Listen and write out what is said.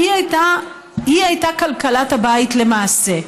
והיא הייתה כלכלת הבית למעשה,